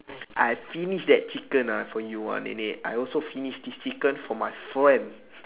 I finish that chicken ah for you ah nenek I also finish this chicken for my friend